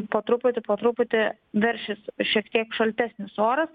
po truputį po truputį veršis šiek tiek šaltesnis oras